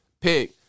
pick